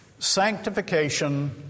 Sanctification